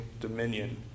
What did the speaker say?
dominion